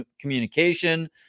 communication